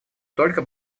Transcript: только